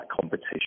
competition